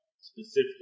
specifically